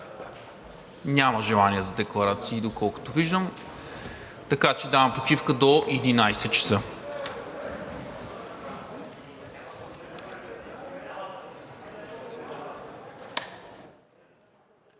Няма желания за декларации, доколкото виждам. Давам почивка до 11,00 ч.